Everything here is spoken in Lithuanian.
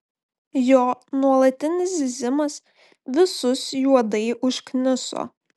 jo nuolatinis zyzimas visus juodai užkniso